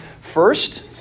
first